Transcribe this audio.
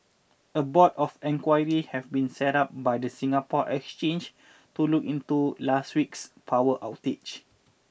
a board of inquiry have been set up by the Singapore Exchange to look into last week's power outage